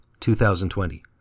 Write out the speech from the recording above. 2020